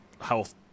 health